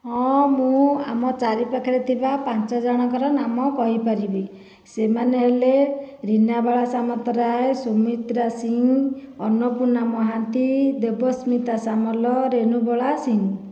ହଁ ମୁଁ ଆମ ଚାରିପାଖରେ ଥିବା ପାଞ୍ଚଜଣଙ୍କର ନାମ କହିପାରିବି ସେମାନେ ହେଲେ ରୀନାବାଳା ସାମନ୍ତରାୟ ସୁମିତ୍ରା ସିଂହ ଅନ୍ନପୂର୍ଣ୍ଣା ମହାନ୍ତି ଦେବସ୍ମିତା ସାମଲ ରେଣୁବଳା ସିଂହ